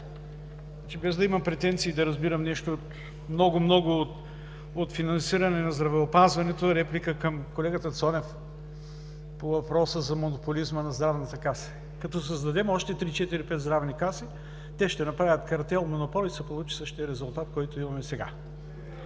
Без да имам претенции да разбирам нещо много-много от финансиране на здравеопазването, реплика към колегата Цонев по въпроса за монополизма на Здравната каса. Като създадем още три-четири-пет здравни каси, те ще направят картел-монопол и ще се получи същият резултат, който имаме сега.